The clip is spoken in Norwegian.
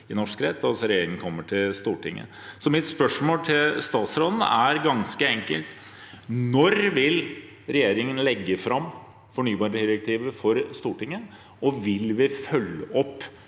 i norsk rett, altså at regjeringen kommer til Stortinget. Mitt spørsmål til statsråden er ganske enkelt: Når vil regjeringen legge fram fornybardirektivet for Stortinget, og vil vi følge opp